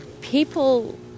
People